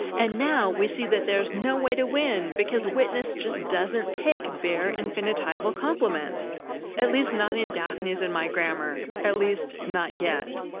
and now we see that there's no way to win, because witness just doesn't take bare infinitival complements at least, not in daphne's and my grammar. at least, not yet.